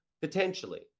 potentially